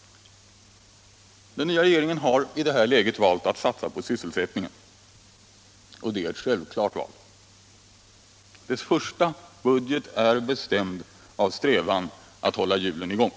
Den nya regeringen har i det här läget valt att satsa på sysselsättningen, Allmänpolitisk debatt Allmänpolitisk debatt och det är ett självklart val. Dess första budget är bestämd av strävan att hålla hjulen i gång.